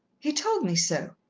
he told me so.